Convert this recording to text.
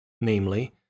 namely